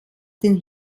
den